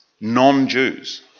non-Jews